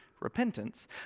repentance